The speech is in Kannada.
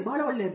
ಬಹಳ ಒಳ್ಳೆಯದು